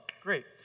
great